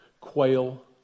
quail